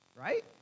right